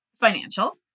financial